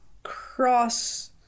Cross